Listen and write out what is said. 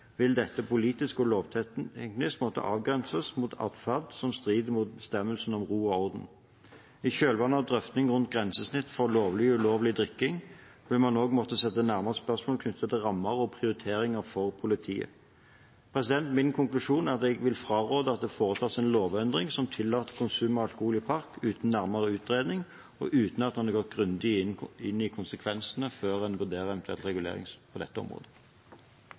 vil dette politisk og lovteknisk måtte avgrenses mot atferd som strider mot bestemmelsene om ro og orden. I kjølvannet av en drøfting rundt grensesnitt for lovlig og ulovlig drikking vil man også måtte stille nærmere spørsmål knyttet til rammer og prioriteringer for politiet. Min konklusjon er at jeg vil fraråde at det foretas en lovendring som tillater konsum av alkohol i park, uten en nærmere utredning og uten at man har gått grundig inn i konsekvensene før man vurderer en eventuell regulering på dette området.